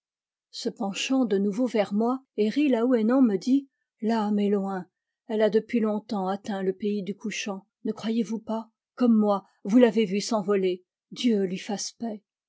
se penchant de nouveau vers moi herri laoué nan me dit l'âme est loin elle a depuis longtemps atteint le pays du couchant ne croyez-vous pas comme moi vous l'avez vue s'envoler dieu lui fasse paix